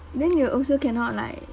then you also cannot like